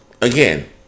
again